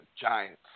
Giants